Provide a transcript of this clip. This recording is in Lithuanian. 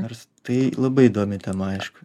nors tai labai įdomi tema aišku